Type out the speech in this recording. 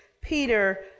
Peter